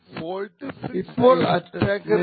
ഇപ്പോൾ അറ്റാക്കർക്ക് രണ്ടു സൈഫർ ടെക്സ്റ്റ് ഉണ്ട്